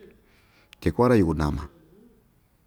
tyi kua'an‑ra yukunama.